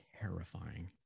terrifying